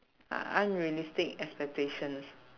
un~ unrealistic expectations